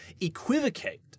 equivocate